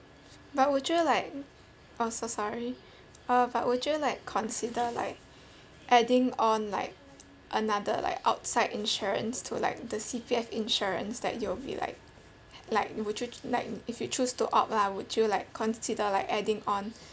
but would you like oh so sorry uh but would you like consider like adding on like another like outside insurance to like the C_P_F insurance that you'll be like like would you ch~ like if you choose to opt lah would you like consider like adding on